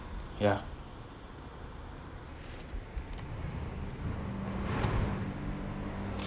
ya